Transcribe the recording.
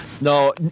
No